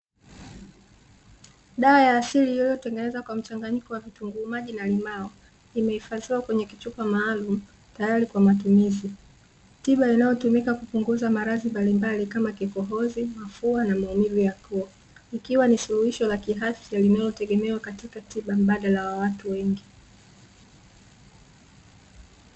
Dawa ya asili iliyotengenezwa kwa mchanganyiko wa vitunguu swaumu na limao, imehifadhiwa kwenye kichuoa maalumu tayari kwa matumizi, tiba inayotumika kupunguza maradhi mbalimbali kama kikohozi, mafua na maumivu ya koo ikiwa ni suluhisho la kiafya linalotegemewa katika tiba mbadala wa watu wengi.